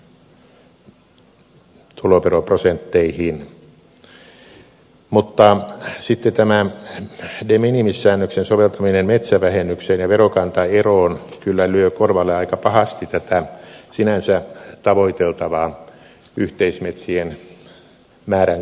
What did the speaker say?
mutta sitten tämä de minimis säännöksen soveltaminen metsävähennykseen ja verokantaeroon kyllä lyö korvalle aika pahasti tätä sinänsä tavoiteltavaa yhteismetsien määrän kasvattamista